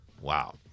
Wow